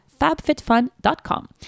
fabfitfun.com